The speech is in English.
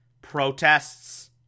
protests